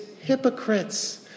hypocrites